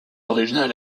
originale